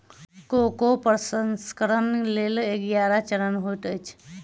cocoa प्रसंस्करणक लेल ग्यारह चरण होइत अछि